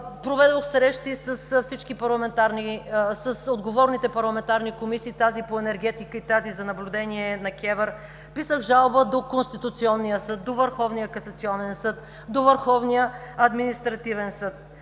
проведох срещи с отговорните парламентарни комисии – Комисията по енергетика и Комисията за наблюдение на КЕВР, писах жалба до Конституционния съд, до Върховния касационен съд, до Върховния административен съд,